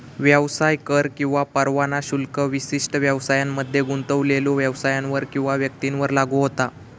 व्यवसाय कर किंवा परवाना शुल्क विशिष्ट व्यवसायांमध्ये गुंतलेल्यो व्यवसायांवर किंवा व्यक्तींवर लागू होता